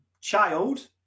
child